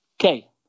Okay